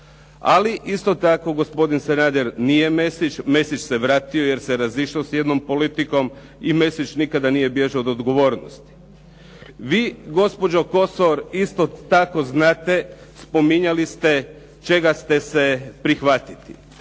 Ali isto tako gospodin Sanader nije Mesić, Mesić se vratio jer se razišao s jednom politikom i Mesić nikada nije bježao od odgovornosti. Vi gospođo Kosor, isto tako znate, spominjali ste čega ste se prihvatili.